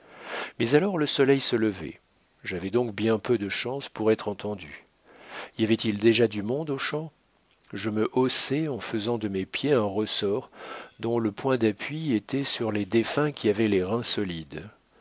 mais alors le soleil se levait j'avais donc bien peu de chances pour être entendu y avait-il déjà du monde aux champs je me haussais en faisant de mes pieds un ressort dont le point d'appui était sur les défunts qui avaient les reins solides